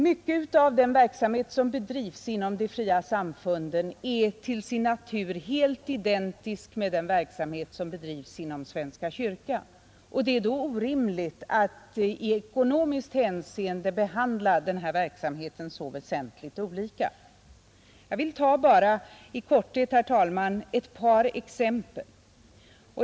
Mycket av den verksamhet som bedrivs inom de fria samfunden är till sin natur helt identiskt med den verksamhet som bedrivs inom svenska kyrkan, och det är då orimligt att i ekonomiskt hänseende behandla den här verksamheten så väsentligt annorlunda. Jag vill ta bara i korthet, herr talman, ett par exempel.